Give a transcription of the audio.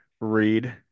read